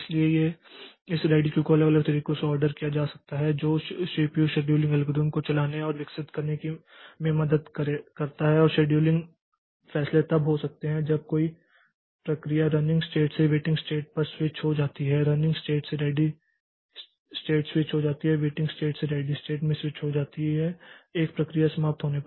इसलिए इस ready queue को अलग अलग तरीकों से ऑर्डर किया जा सकता है जो सीपीयू शेड्यूलिंग एल्गोरिदम को चलाने और विकसित करने में मदद करता है और शेड्यूलिंग फैसले तब हो सकते हैं जब कोई प्रक्रिया रनिंग स्टेट से वेटिंग स्टेट पर स्विच हो जाती है रनिंग स्टेट से रेडी स्टेट स्विच हो जाती हैवेटिंग स्टेट से रेडी स्टेट में स्विच हो जाती है एक प्रक्रिया समाप्त होने पर